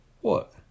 What